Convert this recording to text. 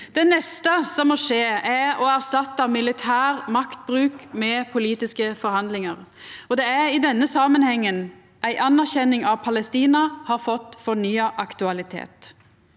Det neste som må skje, er å erstatta militær maktbruk med politiske forhandlingar. Det er i denne samanhengen at ei anerkjenning av Palestina har fått for